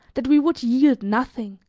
that we would yield nothing,